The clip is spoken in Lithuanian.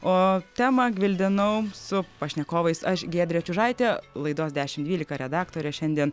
o temą gvildenau su pašnekovais aš giedrė čiužaitė laidos dešim dvylika redaktorė šiandien